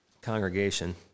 congregation